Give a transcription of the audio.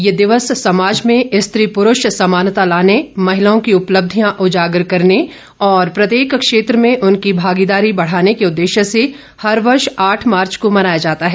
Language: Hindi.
यह दिवस समाज में स्त्री पुरुष समानता लाने महिलाओं की उपलब्धियां उजागर करने और प्रत्येक क्षेत्र में उनकी भागीदारी बढ़ाने के उद्देश्य से हर वर्ष आठ मार्च को मनाया जाता है